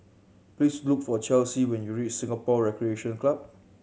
please look for Chelsy when you reach Singapore Recreation Club